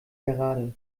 gerade